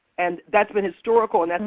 and that's been historical and and